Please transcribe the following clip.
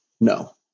No